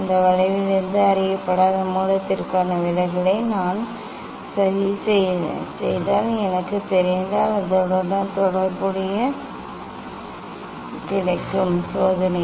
அந்த வளைவிலிருந்து அறியப்படாத மூலத்திற்கான விலகலை நான் சதி செய்தால் எனக்குத் தெரிந்தால் அதனுடன் தொடர்புடைய அலைநீளம் எனக்கு கிடைக்கும் சோதனை